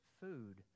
food